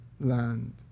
Land